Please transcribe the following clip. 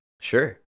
Sure